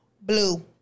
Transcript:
Blue